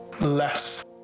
less